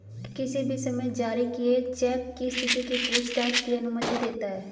किसी भी समय जारी किए चेक की स्थिति की पूछताछ की अनुमति देता है